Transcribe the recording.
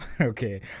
okay